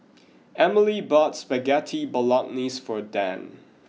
Emely bought Spaghetti Bolognese for Dann